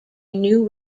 new